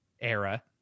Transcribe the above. era